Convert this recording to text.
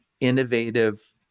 innovative